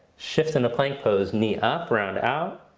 shift into plank pose, knee up round out.